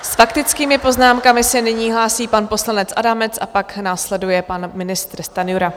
S faktickými poznámkami se nyní hlásí pan poslanec Adamec a pak následuje pan ministr Stanjura.